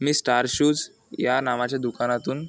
मी star shoes या नावाच्या दुकानातून